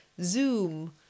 Zoom